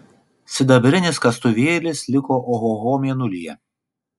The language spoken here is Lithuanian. sidabrinis kastuvėlis liko ohoho mėnulyje